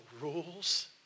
rules